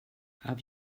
have